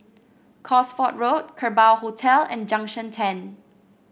Cosford Road Kerbau Hotel and Junction Ten